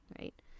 right